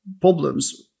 problems